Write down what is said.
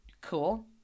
Cool